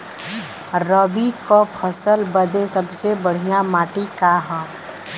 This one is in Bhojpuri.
रबी क फसल बदे सबसे बढ़िया माटी का ह?